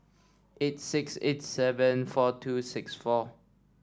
eight six eight seven four two six four